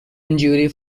injury